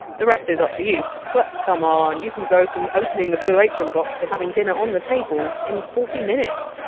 the rest is up to you, but c'mon you can go from opening the blue apron box to having dinner on the table in forty minutes.